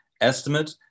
estimate